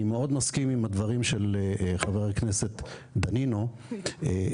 אני מאוד מסכים עם הדברים של חבר הכנסת דנינו ושוב,